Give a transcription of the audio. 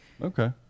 okay